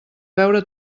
veure